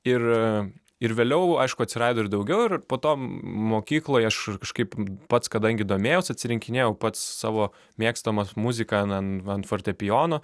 ir ir vėliau aišku atsirado ir daugiau ir po to mokykloj aš ir kažkaip pats kadangi domėjausi atsirinkinėjau pats savo mėgstamą muziką nan ant fortepijono